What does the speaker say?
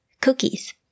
cookies